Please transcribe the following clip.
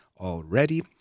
Already